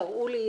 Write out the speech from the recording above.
תראו לנו,